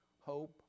hope